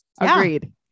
Agreed